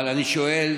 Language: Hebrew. אבל אני שואל: